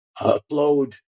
upload